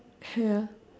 ya